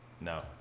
No